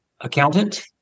accountant